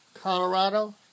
Colorado